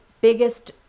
biggest